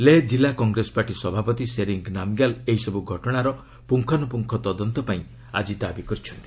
ଲେହ ଜିଲ୍ଲା କଂଗ୍ରେସ ପାର୍ଟି ସଭାପତି ଶେରିଙ୍ଗ୍ ନାମ୍ଗ୍ୟାଲ୍ ଏହିସବୁ ଘଟଣାର ପୁଙ୍ଗାନୁପୁଙ୍ଗ ତଦନ୍ତ ପାଇଁ ଆଜି ଦାବି କରିଛନ୍ତି